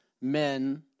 men